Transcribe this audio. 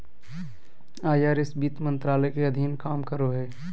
IRS वित्त मंत्रालय के अधीन काम करो हय